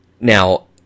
Now